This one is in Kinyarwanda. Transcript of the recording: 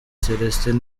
celestin